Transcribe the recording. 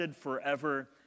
forever